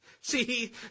See